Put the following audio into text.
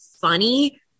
funny